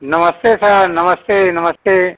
नमस्ते सर नमस्ते नमस्ते